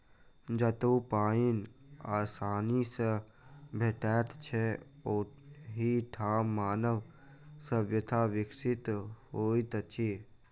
जतअ पाइन आसानी सॅ भेटैत छै, ओहि ठाम मानव सभ्यता विकसित होइत अछि